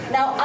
Now